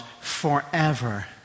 forever